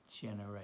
generation